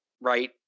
right